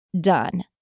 done